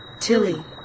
Tilly